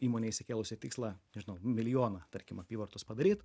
įmonė išsikėlusi tikslą nežinau milijoną tarkim apyvartos padaryt